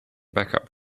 backup